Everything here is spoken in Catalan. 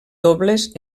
dobles